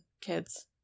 kids